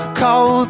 cold